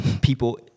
people